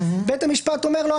בית המשפט אומר: לא,